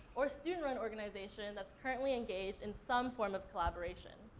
or student-run organization that's currently engaged in some form of collaboration.